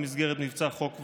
במסגרת מבצע חוק וסדר,